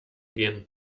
gehen